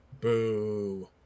Boo